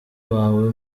wawe